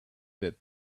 that